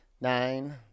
nine